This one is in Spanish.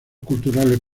culturales